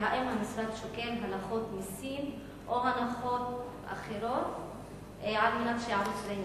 והאם המשרד שוקל הנחות מסים או הנחות אחרות על מנת שערוץ זה יוקם?